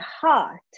heart